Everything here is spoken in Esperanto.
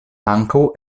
ankaŭ